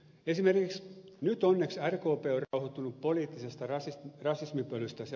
esimerkiksi nyt onneksi rkp on rauhoittunut poliittisesta rasismipölystä hölynpölystä